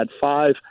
five